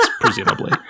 presumably